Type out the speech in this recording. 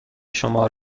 شمار